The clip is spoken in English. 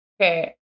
okay